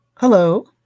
Hello